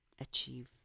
achieve